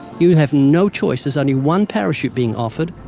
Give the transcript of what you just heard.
you have no choice. there's only one parachute being offered,